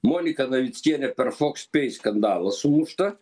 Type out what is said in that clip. monika navickienė per foxpay skandalą sumušta